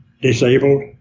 disabled